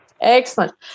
Excellent